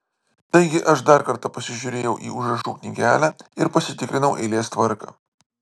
taigi aš dar kartą pasižiūrėjau į užrašų knygelę ir pasitikrinau eilės tvarką